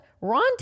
Ron